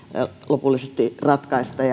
lopullisesti ratkaista